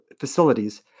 facilities